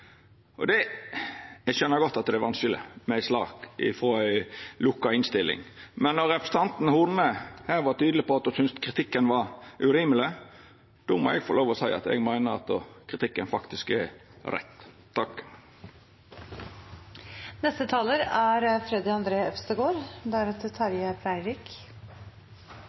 Eg skjønar godt at det er vanskeleg med ei sak frå ei lukka innstilling, men når representanten Horne her var tydeleg på at ho synest kritikken var urimeleg, då må eg få lov å seia at eg meiner kritikken faktisk er rett.